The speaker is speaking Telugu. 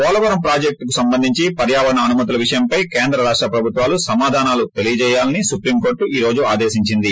పోలవరం ప్రాజెక్షుకు సంబంధించి పర్యావరణ అనుమతుల విషయంపై కేంద్ర రాష్ట ప్రభుత్వాలు సమాధానాలు తెలియచేయాలని సుప్రీం కోర్టు ఈ రోజు ఆదేశించింది